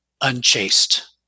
unchaste